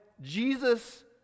Jesus